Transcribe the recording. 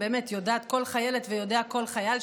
יודעת כל חיילת ויודע כל חייל,